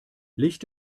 licht